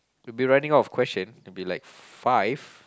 we'll be running out of question to be like five